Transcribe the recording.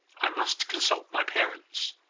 i must consult my parents